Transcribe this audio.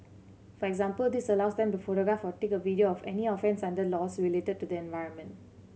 for example this allows them to photograph or take a video of any offence under laws related to the environment